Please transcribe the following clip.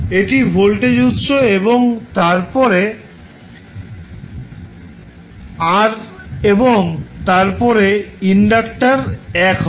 এটি ভোল্টেজ উত্স এবং তারপরে r এবং তারপরে ইন্ডাক্টার l হবে